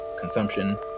consumption